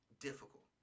difficult